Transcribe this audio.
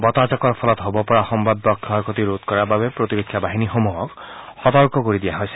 বতাহজাকৰ ফলত হ'ব পৰা সম্ভাব্য ক্ষয় ক্ষতি ৰোধ কৰাৰ বাবে প্ৰতিৰক্ষা বাহিনীসমূহক সতৰ্ক কৰি দিয়া হৈছে